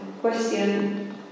question